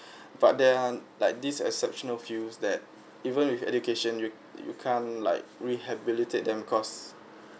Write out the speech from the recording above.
but there are like this exceptional fews that even with education you you can like rehabilitate them cause